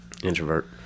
Introvert